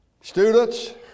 Students